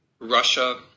Russia